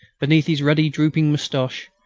beneath his ruddy drooping moustache,